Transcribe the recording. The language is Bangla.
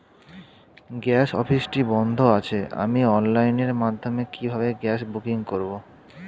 গ্যাস অফিসটি বন্ধ আছে আমি অনলাইনের মাধ্যমে কিভাবে গ্যাস বুকিং করব?